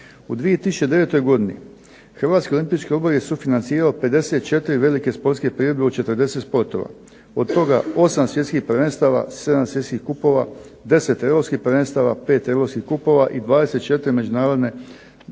U 2009. godini Hrvatski olimpijski odbor je sufinancirao 54 velike sportske priredbe u 40 sportova, od toga 8 svjetskih prvenstava, 7 svjetskih kupova, 10 europskih prvenstava, 5 europskih kupova i 24 međunarodna